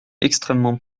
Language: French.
extrêmement